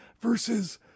versus